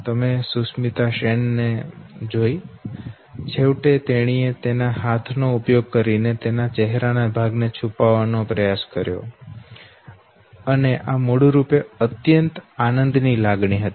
તમે સુષ્મિતા સેન ને જોઈ છેવટે તેણી એ તેના હાથનો ઉપયોગ કરીને તેના ચહેરાના ભાગને છુપાવવાનો પ્રયાસ કર્યો અને આ મૂળ રૂપે અત્યંત આનંદ ની લાગણી હતી